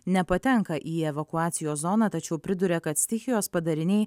nepatenka į evakuacijos zoną tačiau priduria kad stichijos padariniai